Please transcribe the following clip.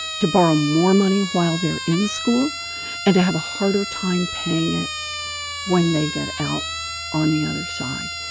to borrow more money while they're in school and to have a harder time paying it when they get out on the other side.